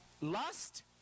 lust